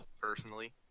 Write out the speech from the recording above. personally